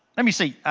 let me see.